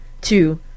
two